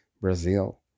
brazil